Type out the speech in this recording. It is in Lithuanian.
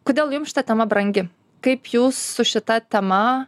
kodėl jums šita tema brangi kaip jūs su šita tema